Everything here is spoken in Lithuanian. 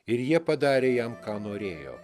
ir jie padarė jam ką norėjo